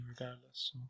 regardless